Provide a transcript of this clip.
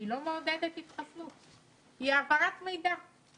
לא מעודדות את ההתחסנות, היא העברת מידע.